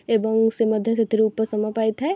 ଏବଂ ସେ ମଧ୍ୟ ସେଥିରୁ ଉପଶମ ପାଇଥାଏ